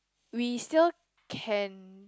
we still can